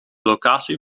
locatie